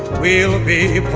we'll be